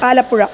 आलपुरम्